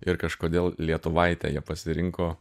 ir kažkodėl lietuvaitę jie pasirinko